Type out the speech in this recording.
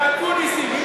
מהאקוניסים.